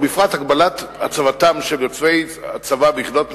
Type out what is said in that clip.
ובפרט הגבלת הצבתם של יוצאי הצבא ביחידות מסוימות,